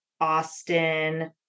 Austin